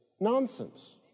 nonsense